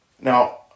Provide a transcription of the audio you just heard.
Now